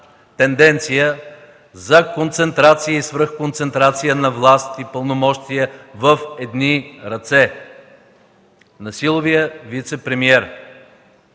тенденция за концентрация и свръхконцентрация на власт и пълномощия в едни ръце – на силовия вицепремиер.